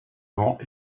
vents